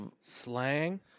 Slang